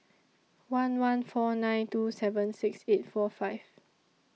one one four nine two seven six eight four five